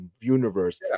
universe